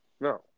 No